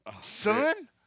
Son